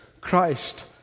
Christ